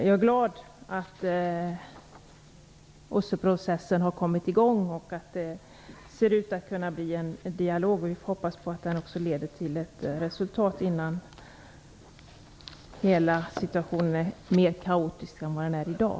Jag är glad över att OSSE-processen har kommit i gång och att det ser ut att kunna bli en dialog. Vi får hoppas att den också leder till ett resultat innan situationen är mer kaotisk än den är i dag.